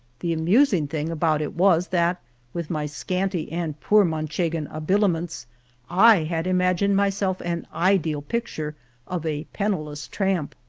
the amusing thing about it was, that with my scanty and poor man chegan habiliments i had imagined myself an ideal picture of a penniless tramp.